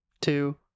two